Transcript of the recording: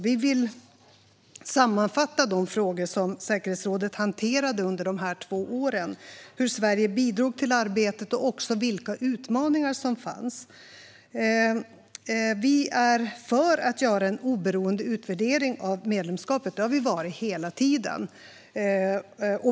Vi vill sammanfatta de frågor som säkerhetsrådet hanterade under dessa två år, hur Sverige bidrog till arbetet och även vilka utmaningar som fanns. Vi är för att göra en oberoende utvärdering av medlemskapet; det har vi varit hela tiden.